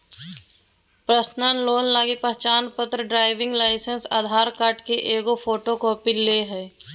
personal loan लगी पहचानपत्र, driving licence, Aadhaar card की एगो फोटोकॉपी ले हइ